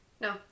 no